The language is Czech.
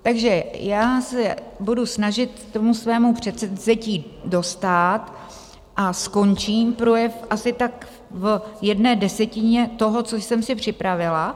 Takže já se budu snažit svému předsevzetí dostát a skončím projev asi tak v jedné desetině toho, co jsem si připravila.